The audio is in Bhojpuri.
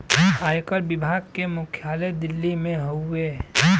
आयकर विभाग के मुख्यालय दिल्ली में हउवे